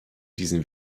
diesen